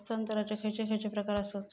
हस्तांतराचे खयचे खयचे प्रकार आसत?